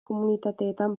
komunitateetan